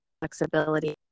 flexibility